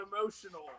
emotional